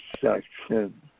section